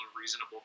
reasonable